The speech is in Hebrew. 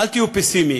אל תהיו פסימיים.